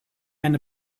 and